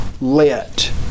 let